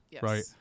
right